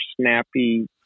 snappy